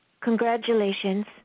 Congratulations